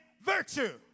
virtue